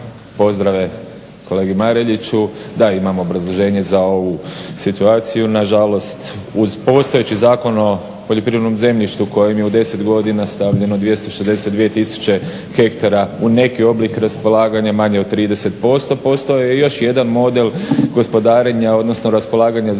pozdrave kolegi Mareliću, da imam obrazloženje za ovu situaciju. Nažalost uz postojeći Zakon o poljoprivrednom zemljištu kojim je u 10 godina stavljeno 262 000 hektara u neki oblik raspolaganja manje od 30% Postoji još jedan model gospodarenja odnosno raspolaganja zemljištem,